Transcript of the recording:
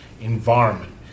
environment